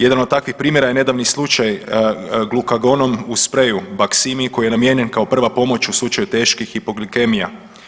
Jedan od takvih primjera je nedavni slučaj glukagonom u spreju Baqsimi koji je namijenjen kao prva pomoć u slučaju teških hipoglikemija.